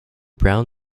brown